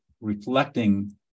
reflecting